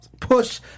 push